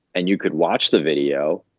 and you could watch the video,